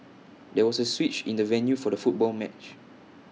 there was A switch in the venue for the football match